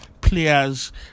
players